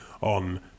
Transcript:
on